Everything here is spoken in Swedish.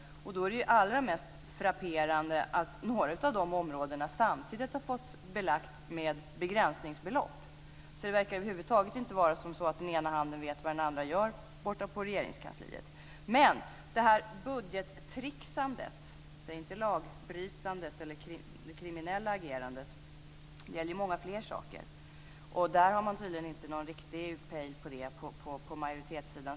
Då är ju det allra mest frapperande att några av dessa områden samtidigt har belagts med begränsningsbelopp. Det verkar alltså som om den ena handen över huvud taget inte vet vad den andra gör borta på Regeringskansliet. Men det här budgettricksandet - jag säger inte lagbrytandet eller det kriminella agerandet - gäller många fler saker. Detta har man tydligen ingen riktig pejl på hos majoriteten.